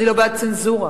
אני לא בעד צנזורה,